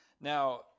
Now